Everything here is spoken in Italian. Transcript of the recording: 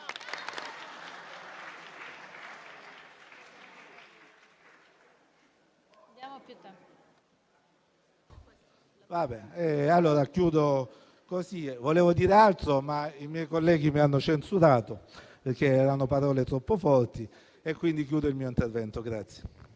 Concludo così; volevo dire altro, ma i miei colleghi mi hanno censurato, perché erano parole troppo forti, e quindi chiudo il mio intervento.